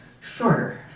shorter